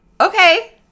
Okay